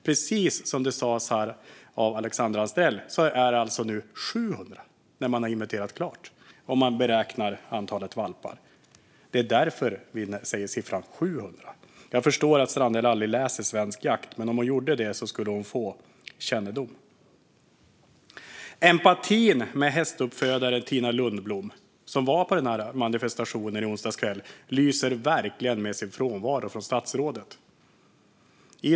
Precis som Alexandra Anstrell sa är det alltså nu när man har inventerat klart 700, om man beräknar antalet valpar. Det är därför vi säger siffran 700. Jag förstår att Strandhäll aldrig läser Svensk Jakt, men om hon gjorde det skulle hon få kännedom. Empatin med hästuppfödaren Tina Lundblom, som var på manifestationen i onsdags kväll, lyser verkligen med sin frånvaro i statsrådets anförande.